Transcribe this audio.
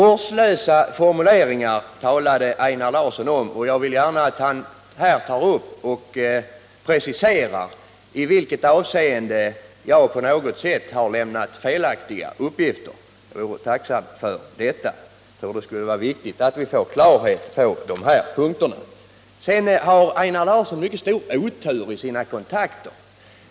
Einar Larssson talade om vårdslösa formuleringar. Jag vill att han preciserar i vilket avseende jag skulle ha lämnat felaktiga uppgifter. Jag vore tacksam för detta. Det är viktigt att få klarhet på dessa punkter. Sedan har Einar Larsson mycket stor otur i sina kontakter.